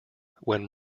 when